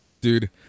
Dude